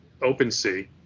OpenSea